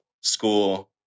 school